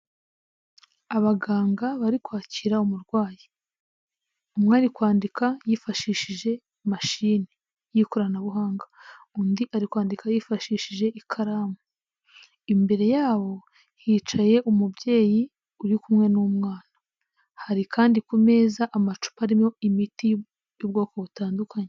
Abaganga bari kwakira umurwayi, umwari kwandika yifashishije mashini y'ikoranabuhanga undi ari kwandika yifashishije ikaramu, imbere yabo hicaye umubyeyi uri kumwe n'umwana hari kandi ku meza amacupa arimo imiti y'ubwoko butandukanye.